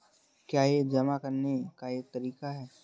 क्या यह जमा करने का एक तरीका है?